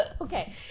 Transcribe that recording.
Okay